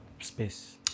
space